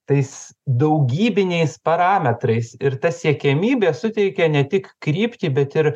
tais daugybiniais parametrais ir ta siekiamybė suteikia ne tik kryptį bet ir